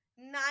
Nine